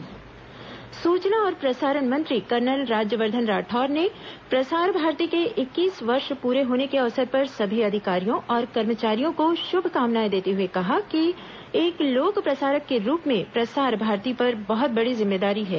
प्रसार भारत स्थापना दिवस सूचना और प्रसारण मंत्री कर्नल राज्यवर्धन राठौड़ ने प्रसार भारती के इक्कीस वर्ष पूरे होने के अवसर पर सभी अधिकारियों और कर्मचारियों को शुभकामनाएं देते हुए कहा कि एक लोक प्रसारक के रूप में प्रसार भारती पर बहुत बड़ी जिम्मेदारी है